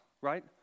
right